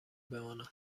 بمانم